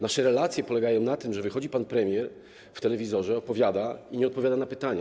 Nasze relacje polegają na tym, że wychodzi pan premier w telewizorze, opowiada i nie odpowiada na pytania.